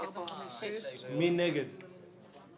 (הישיבה נפסקה בשעה 12:57 ונתחדשה בשעה